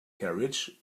carriage